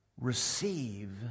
receive